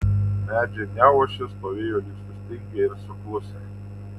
medžiai neošė stovėjo lyg sustingę ir suklusę